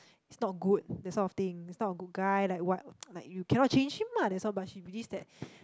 he's not good that sort of thing he's not a good guy like what like you cannot change him lah that sort but she believes that